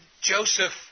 Joseph